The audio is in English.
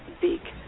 big